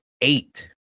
eight